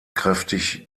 kräftig